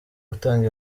gutanga